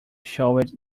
showed